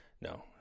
No